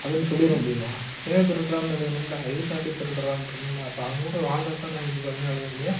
அப்படின்னு சொல்லிட முடியுமா ஏன் திருடுறான்னு எழுதணும்ல எதுக்காண்டி திருடுறான்ரும்ல அப்போ அவனோடய வாழ்ந்தாதான வந்து பார்த்தீங்கன்னா எழுத முடியும்